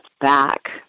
back